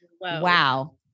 wow